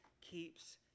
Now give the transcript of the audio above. keeps